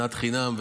שנאת חינם.